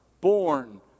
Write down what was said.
Born